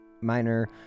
minor